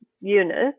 units